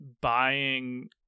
buying